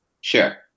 Sure